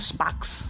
Sparks